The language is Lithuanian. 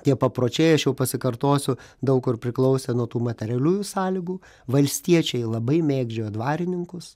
tie papročiai aš jau pasikartosiu daug kur priklausė nuo tų materialiųjų sąlygų valstiečiai labai mėgdžiojo dvarininkus